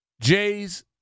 Jays